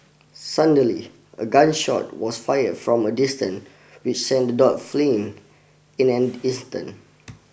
suddenly a gun shot was fired from a distance which sent dog fleeing in an instant